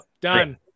Done